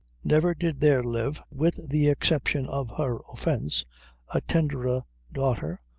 never did there live with the exception of her offence a tenderer daughter,